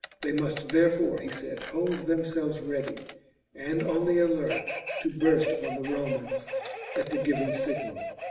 they must therefore, he said, hold themselves ready and on the alert to burst upon the romans at the given signal.